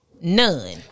None